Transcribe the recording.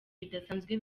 bidasanzwe